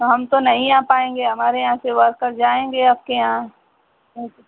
हम तो नहीं आ पाएँगे हमारे यहाँ से वर्कर जाएँगे आपके यहाँ ऐसे